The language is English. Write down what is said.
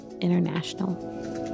International